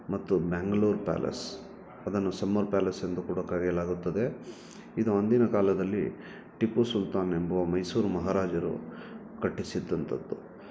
ಮತ್ತು ಬ್ಯಾಂಗ್ಲೂರ್ ಪ್ಯಾಲೇಸ್ ಅದನ್ನು summer palace ಎಂದು ಕೂಡ ಕರೆಯಲಾಗುತ್ತದೆ ಇದು ಅಂದಿನ ಕಾಲದಲ್ಲಿ ಟಿಪ್ಪು ಸುಲ್ತಾನ್ ಎಂಬುವ ಮೈಸೂರು ಮಹಾರಾಜರು ಕಟ್ಟಿಸಿದ್ದಂಥದ್ದು